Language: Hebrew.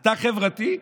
אתה חברתי?